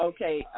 Okay